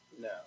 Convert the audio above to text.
no